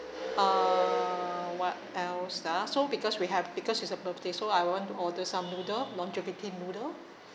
uh what else ah so because we have because it's her birthday so I would want to order some noodle longevity noodle